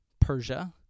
Persia